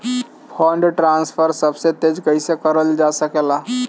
Fund transfer सबसे तेज कइसे करल जा सकेला?